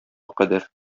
кадәр